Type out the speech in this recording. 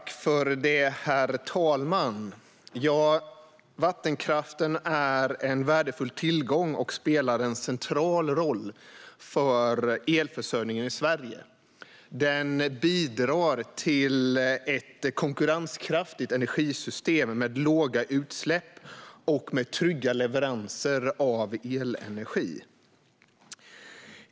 Herr talman! Vattenkraften är en värdefull tillgång och spelar en central roll för elförsörjningen i Sverige. Den bidrar till ett konkurrenskraftigt energisystem med låga utsläpp och trygga leveranser av elenergi.